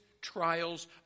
trials